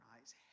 eyes